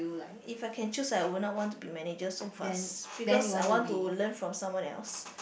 if I can choose I would not want to be manager so fast because I want to learn from someone else